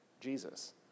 Jesus